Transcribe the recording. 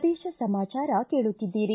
ಪ್ರದೇಶ ಸಮಾಚಾರ ಕೇಳುತ್ತಿದ್ದೀರಿ